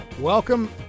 Welcome